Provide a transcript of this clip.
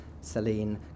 Celine